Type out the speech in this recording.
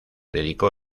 dedicó